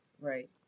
Right